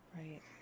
right